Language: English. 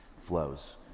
flows